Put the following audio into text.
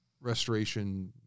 restoration